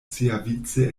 siavice